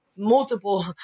multiple